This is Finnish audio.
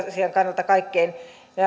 asioiden kannalta kaikkein